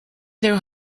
their